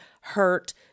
hurt